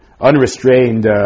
unrestrained